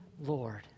Lord